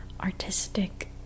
artistic